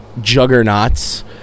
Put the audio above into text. juggernauts